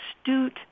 astute